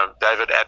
David